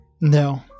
No